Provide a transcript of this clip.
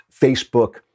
Facebook